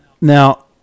Now